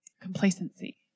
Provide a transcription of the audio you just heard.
Complacency